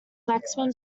maximum